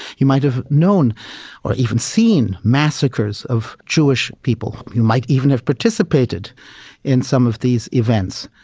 you might have known or even seen massacres of jewish people, you might even have participated in some of these events,